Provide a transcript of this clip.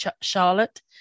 Charlotte